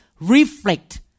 reflect